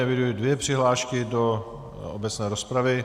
Eviduji dvě přihlášky do obecné rozpravy.